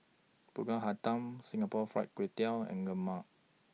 Pulut Hitam Singapore Fried Kway Tiao and Lemang